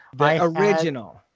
original